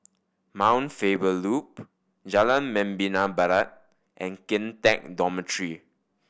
Mount Faber Loop Jalan Membina Barat and Kian Teck Dormitory